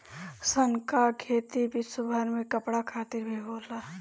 सन कअ खेती विश्वभर में कपड़ा खातिर भी होला